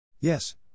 Yes